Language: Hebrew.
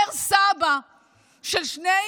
אומר סבא של שני